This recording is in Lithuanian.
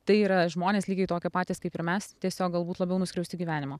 tai yra žmonės lygiai tokie patys kaip ir mes tiesiog galbūt labiau nuskriausti gyvenimo